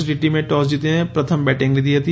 velocity ટીમે toss જીતીને પ્રથમ બેટીંગ લીધી હતી